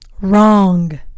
wrong